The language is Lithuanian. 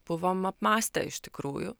buvom apmąstę iš tikrųjų